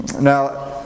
Now